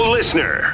Listener